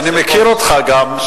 אני מכיר אותך גם,